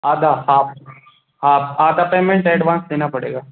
आधा half half आधा payment advance देना पड़ेगा